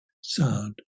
sound